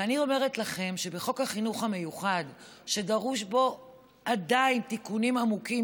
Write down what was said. ואני אומרת לכם שבחוק החינוך המיוחד שדרושים בו עדיין תיקונים עמוקים,